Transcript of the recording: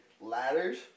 ladders